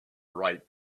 write